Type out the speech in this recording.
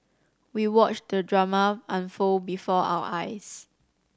we watched the drama unfold before our eyes